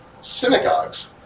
synagogues